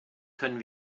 können